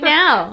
now